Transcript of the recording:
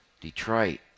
Detroit